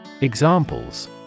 Examples